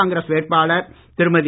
காங்கிரஸ் வேட்பாளர் திருமதி